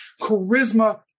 Charisma